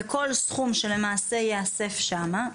וכל סכום שלמעשה ייאסף שם,